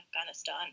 Afghanistan